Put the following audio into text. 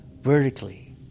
vertically